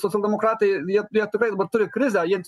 socialdemokratai jie jie tikrai dabar turi krizę ir